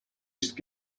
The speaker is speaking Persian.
است